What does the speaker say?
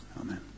amen